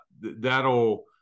that'll